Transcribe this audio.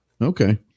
Okay